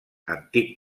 antic